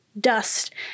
dust